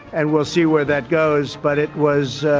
and we'll see where that goes, but it was